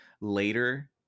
later